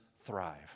thrive